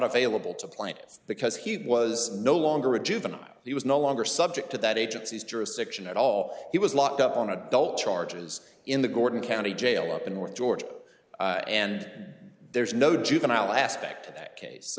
available to plants because he was no longer a juvenile he was no longer subject to that agency's jurisdiction at all he was locked up on adult charges in the gordon county jail up in north georgia and there's no juvenile aspect to that case so